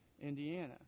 Indiana